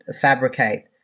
fabricate